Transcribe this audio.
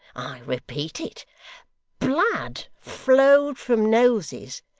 repeat it blood flowed from noses,